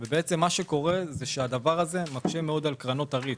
מה שמקשה מאוד על קרנות הריט.